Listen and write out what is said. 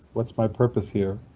what's my purpose here?